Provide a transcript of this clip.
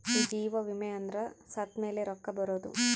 ಜೀವ ವಿಮೆ ಅಂದ್ರ ಸತ್ತ್ಮೆಲೆ ರೊಕ್ಕ ಬರೋದು